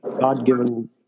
god-given